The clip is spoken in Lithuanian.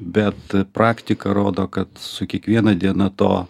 bet praktika rodo kad su kiekviena diena to